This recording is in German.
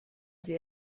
sie